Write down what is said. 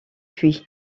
puits